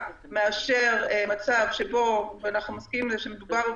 מאשר מצב שבו ואנחנו מסכימים שמדובר,